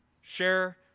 share